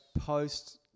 post